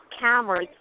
cameras